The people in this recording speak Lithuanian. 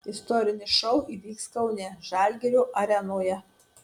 istorinis šou įvyks kaune žalgirio arenoje